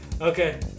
Okay